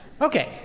Okay